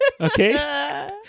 Okay